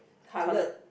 coloured